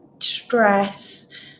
stress